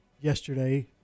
yesterday